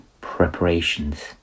preparations